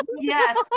yes